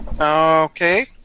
Okay